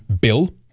bill